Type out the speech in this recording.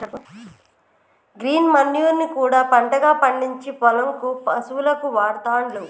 green manure ని కూడా పంటగా పండిచ్చి పొలం కు పశువులకు వాడుతాండ్లు